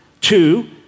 Two